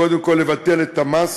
קודם כול, לבטל את המס.